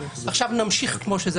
עכשיו נמשיך כמו שזה.